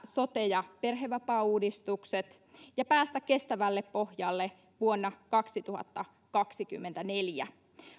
sote ja perhevapaauudistukset ja päästä kestävälle pohjalle vuonna kaksituhattakaksikymmentäneljä